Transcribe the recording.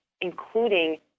including